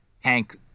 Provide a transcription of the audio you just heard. Hank